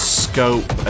scope